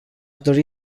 dori